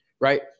right